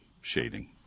shading